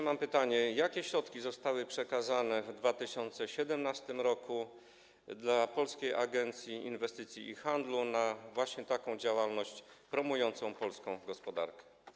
Mam pytanie: Jakie środki zostały przekazane w 2017 r. Polskiej Agencji Inwestycji i Handlu na działalność promującą polską gospodarkę?